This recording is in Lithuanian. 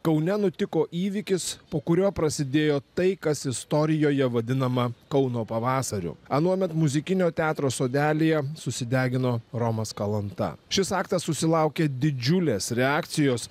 kaune nutiko įvykis po kurio prasidėjo tai kas istorijoje vadinama kauno pavasariu anuomet muzikinio teatro sodelyje susidegino romas kalanta šis aktas susilaukė didžiulės reakcijos